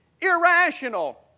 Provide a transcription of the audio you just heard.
irrational